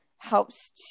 helps